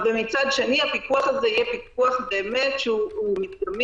אבל מצד שני הפיקוח הזה יהיה באמת מדגמי,